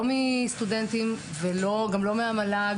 לא מסטודנטים וגם לא מהמועצה להשכלה גבוהה,